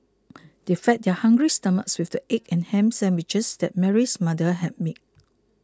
they fed their hungry stomachs with the egg and ham sandwiches that Mary's mother had made